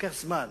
לוקח זמן